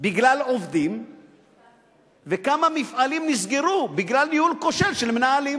בגלל עובדים וכמה מפעלים נסגרו בגלל ניהול כושל של מנהלים.